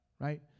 Right